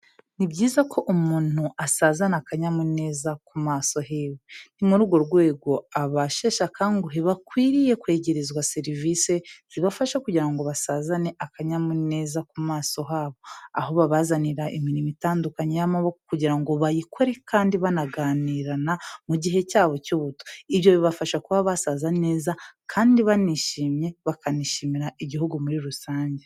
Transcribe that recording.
Ni byiza ko umuntu asazana akanyamuneza ku maso hiwe. Ni muri urwo rwego abasheshe akanguhe bakwiriye kwegerezwa serivisi zibafasha kugira ngo basazane akanyamuneza ku maso habo. Aho babazanira imirimo itandukanye y'amaboko kugira ngo bayikore kandi banaganirana mu gihe cyabo cy'ubuto. Ibyo bibafasha kuba basaza neza kandi banishimye, bakanishimira Igihugu muri rusange.